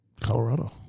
Colorado